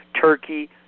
Turkey